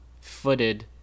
footed